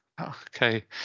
Okay